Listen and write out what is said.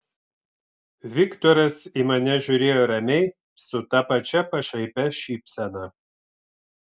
viktoras į mane žiūrėjo ramiai su ta pačia pašaipia šypsena